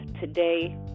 today